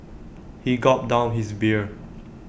he gulped down his beer